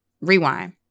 rewind